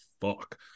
fuck